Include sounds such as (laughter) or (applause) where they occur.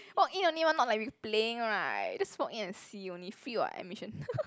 walk in only what not like we playing right just walk in and see only free what admission (laughs)